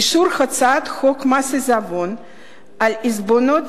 אישור הצעת חוק מס עיזבון על עיזבונות